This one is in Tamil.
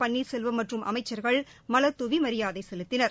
பன்னீர்செல்வம் மற்றும் அமைச்சர்கள் மலர்த்துவி மரியாதை செலுத்தினர்